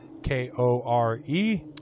k-o-r-e